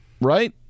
Right